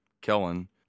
Kellen